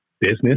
business